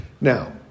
Now